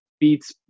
beats